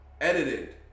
edited